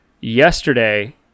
yesterday